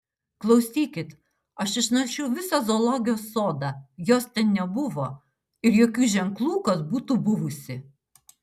klausykit aš išnaršiau visą zoologijos sodą jos ten nebuvo ir jokių ženklų kad būtų buvusi